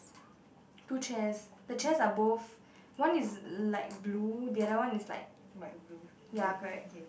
white blue is it okay